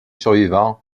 survivant